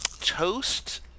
toast